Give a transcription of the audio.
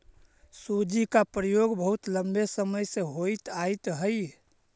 सूजी का प्रयोग बहुत लंबे समय से होइत आयित हई